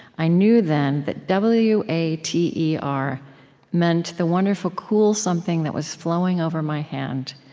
i knew then that w a t e r meant the wonderful cool something that was flowing over my hand.